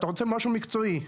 אתה רוצה משהו מקצועי.